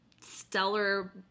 stellar